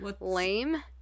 Lame